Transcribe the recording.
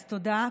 אז תודה.